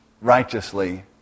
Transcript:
righteously